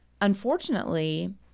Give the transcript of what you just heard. unfortunately